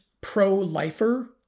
pro-lifer